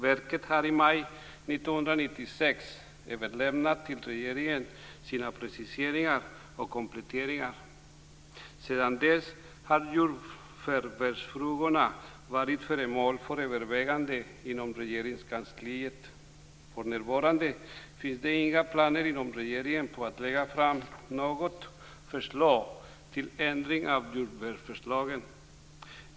Verket överlämnade i maj 1996 sina preciseringar och kompletteringar. Sedan dess har jordförvärvsfrågorna varit föremål för övervägande inom Regeringskansliet. För närvarande finns det inga planer inom regeringen på att lägga fram något förslag till ändring av jordförvärvslagen.